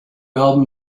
album